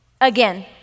Again